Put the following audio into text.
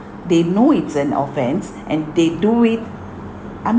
they know it's an offence and they do it